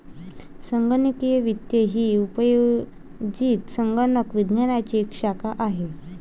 संगणकीय वित्त ही उपयोजित संगणक विज्ञानाची एक शाखा आहे